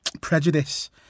prejudice